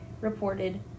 reported